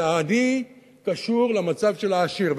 כי העני קשור למצב של העשיר,